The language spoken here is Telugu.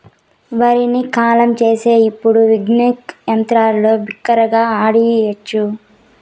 వరిని కల్లం చేసేకి ఇప్పుడు విన్నింగ్ యంత్రంతో బిరిగ్గా ఆడియచ్చు